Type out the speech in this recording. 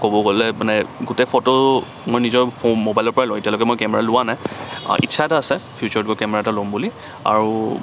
ক'ব গ'লে মানে গোটেই ফ'টো মই নিজৰ মোবাইলৰ পৰা লওঁ এতিয়ালৈকে মই কেমেৰা লোৱা নাই ইচ্ছা এটা আছে ফিউছাৰত গৈ কেমেৰা এটা ল'ম বুলি আৰু